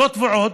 זאת ועוד,